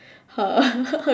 her